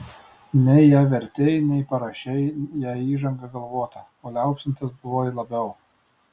nei ją vertei nei parašei jai įžangą galvotą o liaupsintas buvai labiau